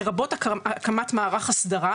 לרבות הקמת מערך הסדרה,